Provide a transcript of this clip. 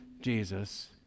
Jesus